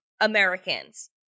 Americans